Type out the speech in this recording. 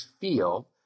feel